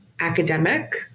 academic